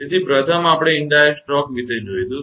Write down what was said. તેથી પ્રથમ આપણે પરોક્ષ સ્ટ્રોક વિશે જોઇશું